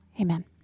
Amen